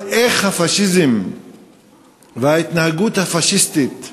על איך הפאשיזם וההתנהגות הפאשיסטית